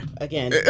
Again